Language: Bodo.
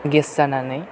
गेस जानानै